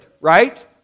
right